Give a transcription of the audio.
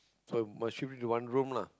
so but shifting to one room lah